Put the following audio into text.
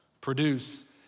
produce